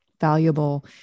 valuable